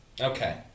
Okay